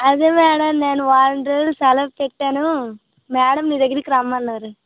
అదే మేడం నేను వారం రోజులు సెలవు పెట్టాను మేడం మీ దగ్గరికి రమ్మని అన్నారు